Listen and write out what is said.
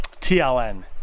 tln